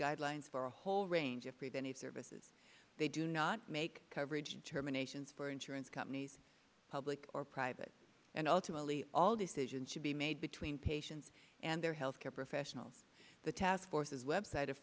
guidelines for a whole range of preventive services they do not make coverage determinations for insurance companies public or private and ultimately all decisions should be made between patients and their healthcare professionals the task forces website